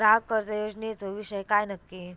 ग्राहक कर्ज योजनेचो विषय काय नक्की?